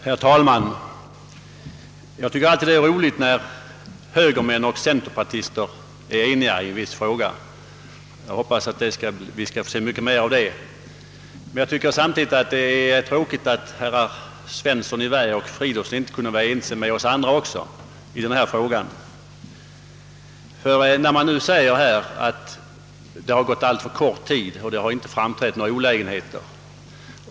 Herr talman! Jag tycker alltid det är roligt när högermän och centerpartister är eniga, och jag hoppas att vi skall få se mycket mer av det. Men jag tycker samtidigt att det är tråkigt att herrar Svensson i Vä och Fridolfsson i Stockholm inte kunde vara ense även med oss andra i denna fråga. De säger att lagstiftningen varit i kraft alltför kort tid och att det inte framkommit några olägenheter.